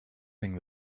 thing